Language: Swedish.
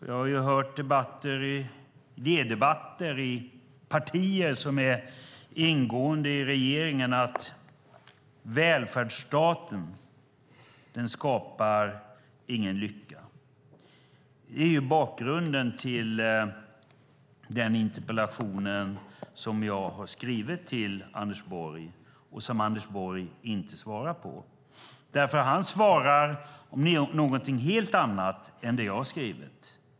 Jag har hört idédebatter i partier som ingår i regeringen att välfärdsstaten inte skapar någon lycka. Det är bakgrunden till den interpellation som jag har skrivit till Anders Borg och som Anders Borg inte svarar på. Han svarar på något helt annat än det jag har frågat om.